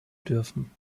dürfen